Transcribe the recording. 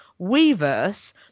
Weverse